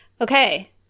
Okay